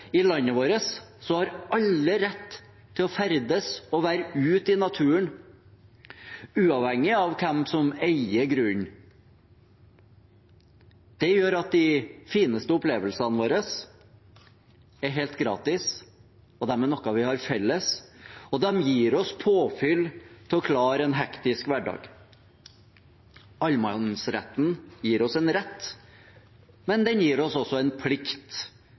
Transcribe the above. i landet vårt har alle rett til å ferdes og være ute i naturen uavhengig av hvem som eier grunnen! Det gjør at de fineste opplevelsene våre er helt gratis, de er noe vi har felles, og de gir oss påfyll til å klare en hektisk hverdag. Allemannsretten gir oss en rett, men den gir oss også en plikt